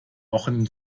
wochen